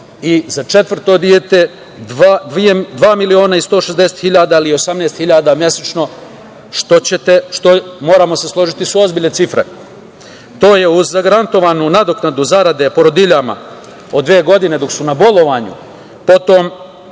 i za četvrto dete dva miliona i 160 hiljada ili 18 hiljada mesečno, što moramo se složiti su ozbiljne cifre. To je uz zagarantovanu nadoknadu zarade porodiljama od dve godine dok su na bolovanju. Potom,